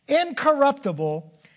incorruptible